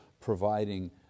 providing